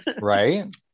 right